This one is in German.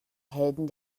helden